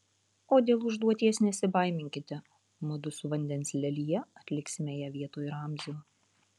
o dėl užduoties nesibaiminkite mudu su vandens lelija atliksime ją vietoj ramzio